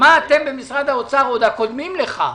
הערכות מחיר היו מביאים באוצר, עוד הקודמים לך,